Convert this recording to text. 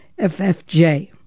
ffj